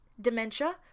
dementia